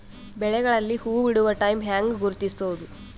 ಬೆಳೆಗಳಲ್ಲಿ ಹೂಬಿಡುವ ಟೈಮ್ ಹೆಂಗ ಗುರುತಿಸೋದ?